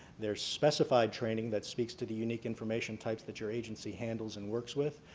there's specified training that speaks to the unique information types that your agency handles and works with,